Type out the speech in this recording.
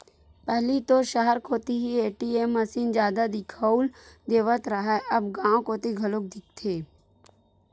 पहिली तो सहर कोती ही ए.टी.एम मसीन जादा दिखउल देवत रहय अब गांव कोती घलोक दिखथे